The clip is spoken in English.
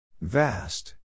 Vast